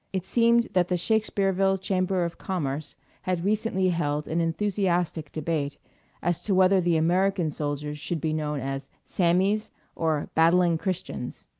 it seemed that the shakespeareville chamber of commerce had recently held an enthusiastic debate as to whether the american soldiers should be known as sammies or battling christians.